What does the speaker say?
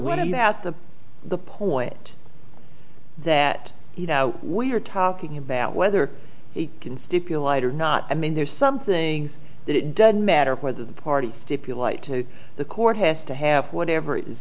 out to the point that you know we're talking about whether he can stipulate or not i mean there's some things that it doesn't matter whether the parties stipulate to the court has to have whatever i